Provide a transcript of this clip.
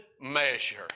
measure